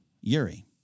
Yuri